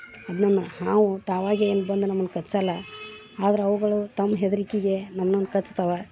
ಅದ್ನ ಹಾವು ತಾವಾಗೇ ಏನ್ಬಂದು ನಮ್ಮನ್ ಕಚ್ಚೋಲ್ಲ ಆದ್ರೆ ಅವುಗಳು ತಮ್ಮ ಹೆದ್ರಿಕೆಗೆ ನಮ್ಮನ್ನು ಕಚ್ಚುತ್ತವೆ